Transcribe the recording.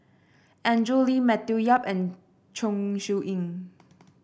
Andrew Lee Matthew Yap and Chong Siew Ying